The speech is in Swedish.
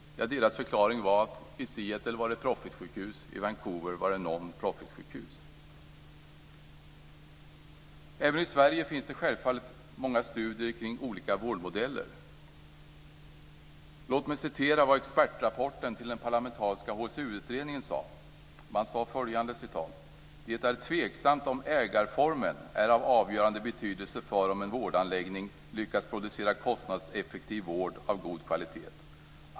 Deras förklaring var att i Seattle var det profit-sjukhus, i Vancouver var det non-profit-sjukhus. Även i Sverige finns det självfallet många studier kring olika vårdmodeller. Låt mig återge vad expertrapporten till den parlamentariska utredningen HSU sade. Man sade följande: Det är tveksamt om ägarformen är av avgörande betydelse för om en vårdanläggning lyckas producera kostnadseffektiv vård av god kvalitet.